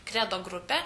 kredo grupė